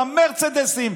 המרצדסים,